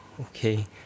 Okay